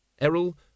Errol